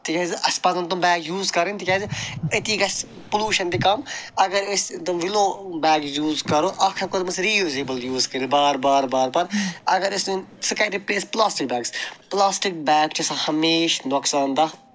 تِکیٛازِ اَسہِ پَزَن تِم بیگ یوٗز کَرٕنۍ تِکیٛازِ أتی گژھِ پٕلوٗشَن تہِ کَم اَگر أسۍ تِم وِلو بیگٕز یوٗز کَرو اکھ ہٮ۪کَو تِم أسۍ رِیوٗزیبٕل یوٗز کٔرِتھ بار بار بار بار اَگر أسۍ وۄنۍ سُہ کَرِ رِپلیس پٕلاسٹِکۍ بیگَس پٕلاسٹِکۍ بیگ چھِ آسان ہَمیشہٕ نۄقصان دَہ